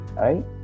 right